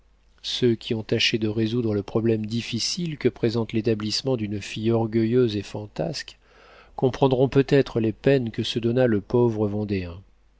ceux qui ont tâché de résoudre le problème difficile que présente l'établissement d'une fille orgueilleuse et fantasque comprendront peut-être les peines que se donna le pauvre